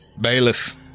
Bailiff